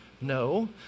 No